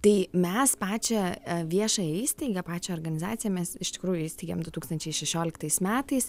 tai mes pačią viešąją įstaigą pačią organizaciją mes iš tikrųjų įsteigėm du tūkstančiai šešlioliktais metais